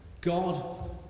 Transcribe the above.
God